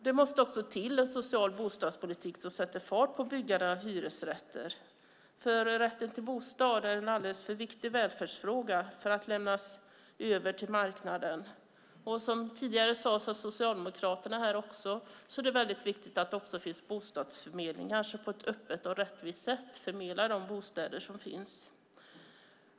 Det måste också till en social bostadspolitik som sätter fart på byggandet av hyresrätter. Rätten till en bostad är nämligen en alldeles för viktig välfärdsfråga för att lämnas över till marknaden Som tidigare sades från Socialdemokraterna är det väldigt viktigt att det också finns bostadsförmedlingar som på ett öppet och rättvist sätt förmedlar de bostäder som finns.